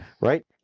right